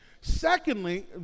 Secondly